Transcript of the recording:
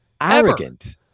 Arrogant